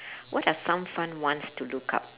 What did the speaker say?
what are some fun ones to look up